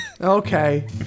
Okay